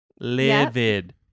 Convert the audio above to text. livid